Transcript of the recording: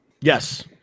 Yes